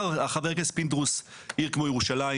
חבר הכנסת פינדרוס אמר שעיר כמו ירושלים